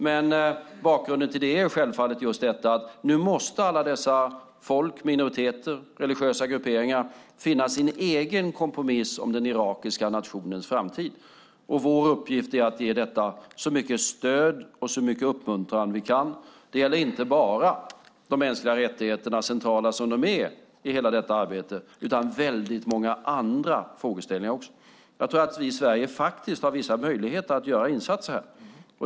Men bakgrunden till det är självfallet att alla dessa folk, minoriteter och religiösa grupperingar nu måste finna sin egen kompromiss om den irakiska nationens framtid. Vår uppgift är att ge detta så mycket stöd och så mycket uppmuntran vi kan. Det gäller inte bara de mänskliga rättigheterna - centrala som de är i detta arbete - utan också väldigt många andra frågeställningar. Jag tror att vi i Sverige faktiskt har vissa möjligheter att göra insatser här.